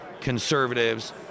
conservatives